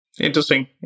Interesting